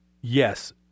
yes